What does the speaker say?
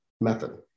method